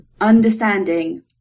understanding